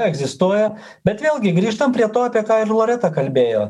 egzistuoja bet vėlgi grįžtam prie to apie ką ir loreta kalbėjo